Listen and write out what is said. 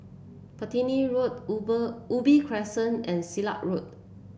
Platiny Road Ube Ubi Crescent and Silat Road